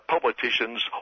politicians